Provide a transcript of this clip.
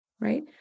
right